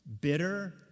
bitter